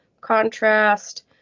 contrast